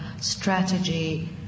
strategy